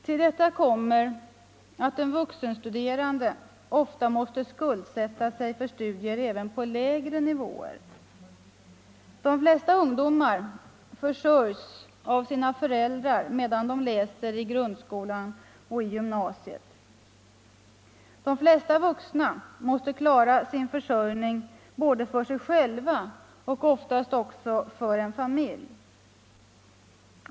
Till detta kommer att den vuxenstuderande ofta måste skuldsätta sig för studier även på lägre nivåer. De flesta ungdomar försörjs av sina föräldrar medan de läser i grundskolan och i gymnasiet. De flesta vuxna måste klara sin försörjning både för sig själva och oftast också för en familj.